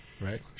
Right